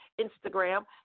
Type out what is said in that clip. Instagram